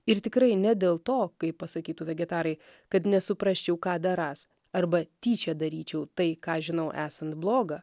ir tikrai ne dėl to kaip pasakytų vegetarai kad nesuprasčiau ką darąs arba tyčia daryčiau tai ką žinau esant bloga